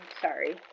sorry